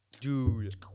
Dude